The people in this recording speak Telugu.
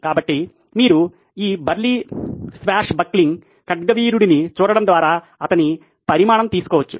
కాబట్టి మీరు ఈ బర్లీ స్వాష్ బక్లింగ్ ఖడ్గవీరుడిని చూడటం ద్వారా అతని పరిమాణం తీసుకోవచ్చు